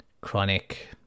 chronic